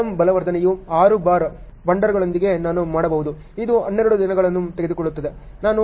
column ಬಲವರ್ಧನೆಯು 6 bar ಬೆಂಡರ್ಗಳೊಂದಿಗೆ ನಾನು ಮಾಡಬಹುದು ಇದು 12 ದಿನಗಳನ್ನು ತೆಗೆದುಕೊಳ್ಳುತ್ತದೆ